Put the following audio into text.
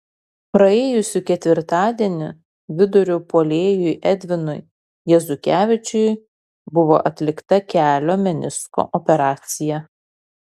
praėjusį ketvirtadienį vidurio puolėjui edvinui jezukevičiui buvo atlikta kelio menisko operacija